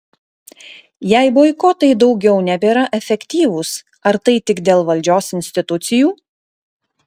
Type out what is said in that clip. jei boikotai daugiau nebėra efektyvūs ar tai tik dėl valdžios institucijų